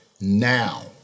now